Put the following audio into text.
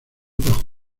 bajo